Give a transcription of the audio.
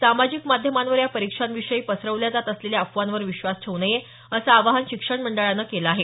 सामाजिक माध्यमांवर या परीक्षांविषयी पसरवल्या जात असलेल्या अफवांवर विश्वास ठेऊ नये असं आवाहन शिक्षण मंडळानं केलं आहे